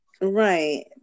Right